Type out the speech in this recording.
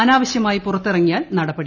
അനാവശ്യമായി പുറത്തിറങ്ങിയാൽ നടപടി